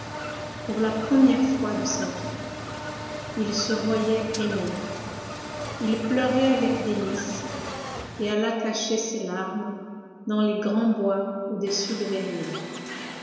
pour la première fois de sa vie il se voyait aimé il pleurait avec délices et alla cacher ses larmes dans les grands bois au-dessus de verrières